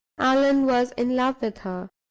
allan was in love with her.